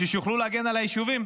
בשביל שיוכלו להגן על היישובים.